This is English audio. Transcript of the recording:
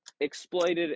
exploited